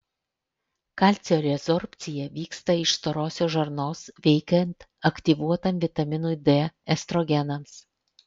kalcio rezorbcija vyksta iš storosios žarnos veikiant aktyvuotam vitaminui d estrogenams